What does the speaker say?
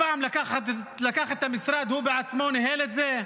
פעם לקח את המשרד, הוא בעצמו ניהל אותו.